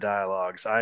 Dialogues